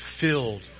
filled